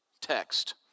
text